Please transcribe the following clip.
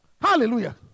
Hallelujah